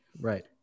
right